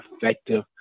effective